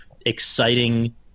exciting